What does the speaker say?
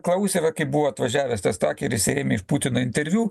klausė va kai buvo atvažiavęs tas takeris ir ėmė iš putino interviu